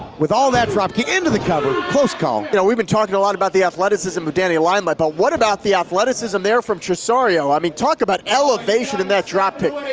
with all that dropkick into the cover, close call. yeah, we've been talking a lot about the athleticism of danny limelight, but what about the athleticism there from tresario. i mean, talk about elevation in that dropkick,